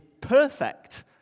perfect